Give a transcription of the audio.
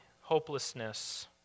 hopelessness